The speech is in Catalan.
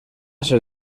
ser